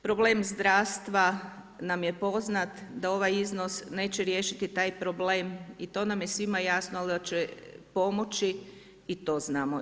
Problem zdravstva nam je poznat da ovaj iznos neće riješiti taj problem i to nam je svima jasno ali da će pomoći i to znamo.